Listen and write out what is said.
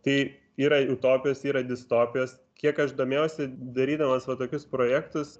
tai yra utopijos yra distopijos kiek aš domėjausi darydamas va tokius projektus